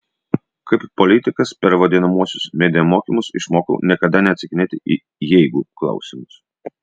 kaip politikas per vadinamuosius media mokymus išmokau niekada neatsakinėti į jeigu klausimus